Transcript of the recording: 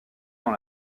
dans